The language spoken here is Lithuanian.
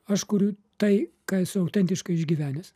aš kuriu tai ką esu autentiškai išgyvenęs